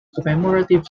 commemorative